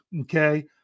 Okay